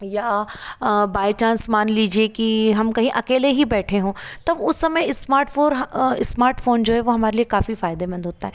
या by chance मान लीजिए कि हम कहीं अकेले ही बैठे हों तब उस समय एस्मार्ट फोर इस्मार्टफोन जो है वो हमारे लिए काफी फायदेमंद होता है